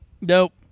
Nope